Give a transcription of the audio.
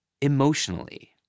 emotionally